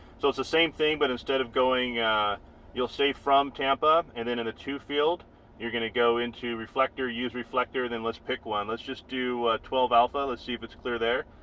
so it's the same thing but instead of going you'll say from camp up and then in a to field you're gonna go into reflector use reflector then let's pick one let's just do twelve alpha. let's see if it's clear there,